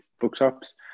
bookshops